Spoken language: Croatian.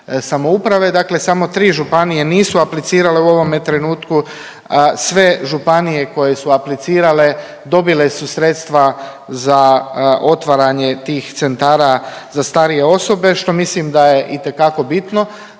samouprave. Dakle, samo tri županije nisu aplicirale u ovome trenutku, sve županije koje su aplicirale dobile su sredstva za otvaranje tih centara za starije osobe što mislim da je itekako bitno.